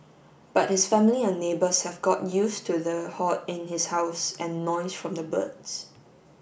but his family and neighbours have got used to the hoard in his house and noise from the birds